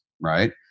right